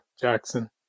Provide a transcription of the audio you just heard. Jackson